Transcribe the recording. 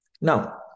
Now